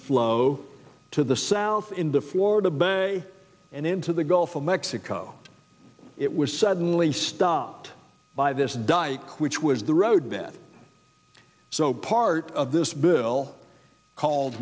flow to the south in the florida berry and into the gulf of mexico it was suddenly stopped by this dye which was the road bit so part of this bill called